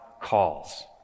calls